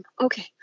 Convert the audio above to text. okay